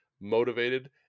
motivated